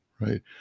right